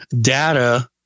data